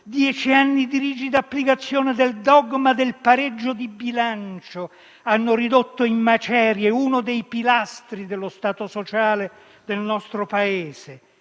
dieci di rigida applicazione del dogma del pareggio di bilancio hanno ridotto in macerie uno dei pilastri dello Stato sociale del nostro Paese,